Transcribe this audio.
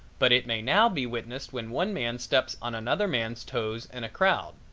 but it may now be witnessed when one man steps on another man's toes in a crowd.